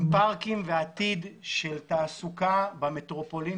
עם פארקים ועתיד של תעסוקה במטרופולין